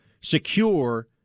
secure